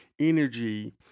energy